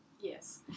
yes